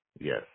Yes